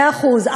מאה אחוז,